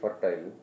fertile